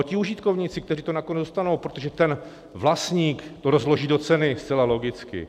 Ti užitkovníci, kteří to nakonec dostanou, protože ten vlastník to rozloží do ceny, zcela logicky.